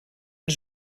els